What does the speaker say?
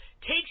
takes